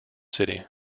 city